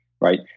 right